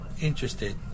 interested